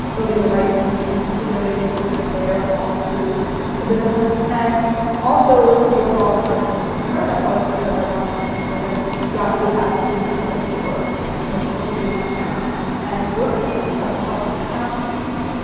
building the right team, particularly the executive layer but all through the business. and also the overall environment. and part of that was because i wanted to make sure that yahoo was absolutely the best place to work and the people really wanted to come and work there because that will help with the talent piece.